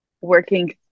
working